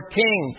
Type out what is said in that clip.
king